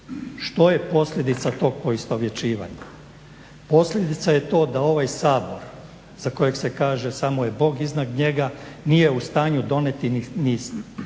Što je posljedica tog poistovjećivanja? Posljedica je to da ovaj Sabor za kojeg se kaže samo je Bog iznad njega nije u stanju donijeti ni svoju